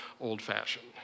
old-fashioned